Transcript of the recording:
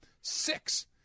six